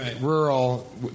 rural